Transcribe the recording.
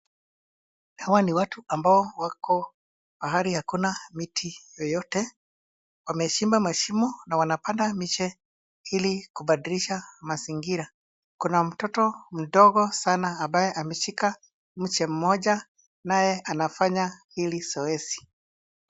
Hawa ni watu ambao wako pahali hakuna miti yoyote. Wamechimba mashimo na wanapanda miche ili kubadilisha mazingira. Kuna mtoto mdogo sana ambaye ameshika mche mmoja, naye anafanya hili zoezi.